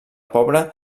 poble